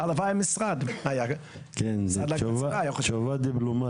הלוואי המשרד להגנת הסביבה היה חושב כך.